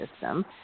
system